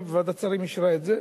וועדת שרים אישרה את זה.